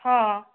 ହଁ